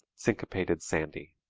syncopated sandy.